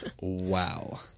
Wow